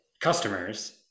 customers